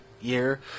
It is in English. year